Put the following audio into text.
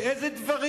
באיזה דברים?